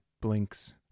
blinks